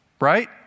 Right